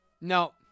No